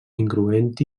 incloent